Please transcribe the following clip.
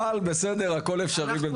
אבל בסדר הכל אפשרי.